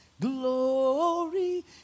glory